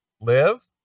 live